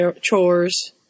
chores